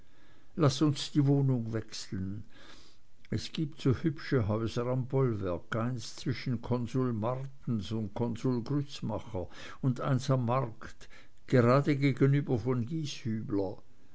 laß uns die wohnung wechseln es gibt so hübsche häuser am bollwerk eins zwischen konsul martens und konsul grützmacher und eins am markt gerade gegenüber von